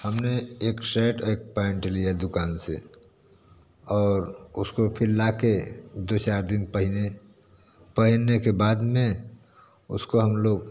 हमने एक शेर्ट एक पैंट लिया दुकान से और उसको फिर लाके दो चार दिन पहने पहनने के बाद में उसको हम लोग